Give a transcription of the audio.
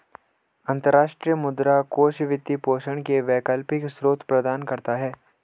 अंतर्राष्ट्रीय मुद्रा कोष वित्त पोषण के वैकल्पिक स्रोत प्रदान करता है